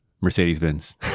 mercedes-benz